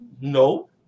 no